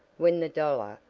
when that dollar,